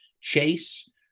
chase